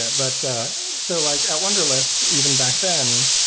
at but so like at wunderlist, even back then,